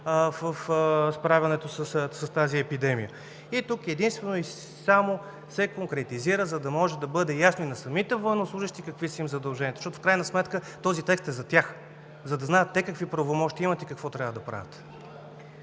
в справянето с тази епидемия. Тук единствено и само се конкретизира, за да може да бъде ясно и на самите военнослужещи какви са им задълженията. В крайна сметка този текст е за тях, за да знаят те какви правомощия имат и какво трябва да правят.